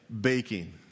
baking